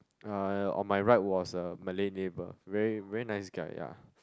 uh on my right was a malay neighbour very very nice guy ya